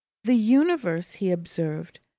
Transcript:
the universe, he observed,